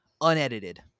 unedited